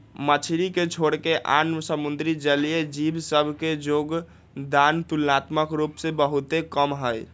मछरी के छोरके आन समुद्री जलीय जीव सभ के जोगदान तुलनात्मक रूप से बहुते कम हइ